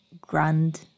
grand